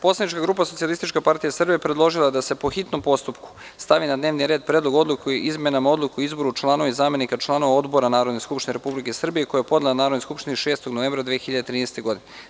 Poslanička grupa SPS predložila je da se, po hitnom postupku, stavi na dnevni red Predlog odluke o izmenama Odluke o izboru članova i zamenika članova Odbora Narodne skupštine Republike Srbije, koji je podnela Narodnoj skupštini 6. novembra 2013. godine.